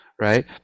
right